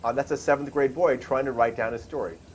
um that's a seventh grade boy trying to write down his story.